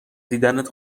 دیدنت